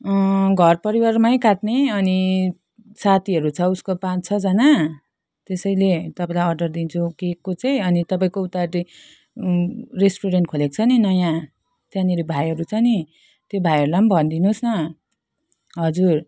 घर परिवारमै काट्ने अनि साथीहरू छ उसको पाँच छजना त्यसैले तपाईँलाई अर्डर दिन्छु केकको चाहिँ अनि तपाईँको उतापट्टि रेस्टुरेन्ट खोलेको छ नि नयाँ त्यहाँनेर भाइहरू छ नि त्यो भाइहरूलाई भनिदिनु होस् न हजुर